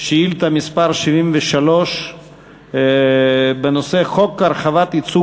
שאילתה מס' 73 בנושא: החוק להרחבת הייצוג